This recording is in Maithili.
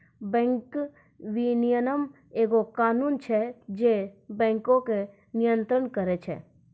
बैंक विनियमन एगो कानून छै जे बैंको के नियन्त्रण करै छै